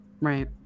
right